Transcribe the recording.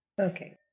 Okay